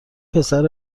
پسر